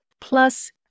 Plus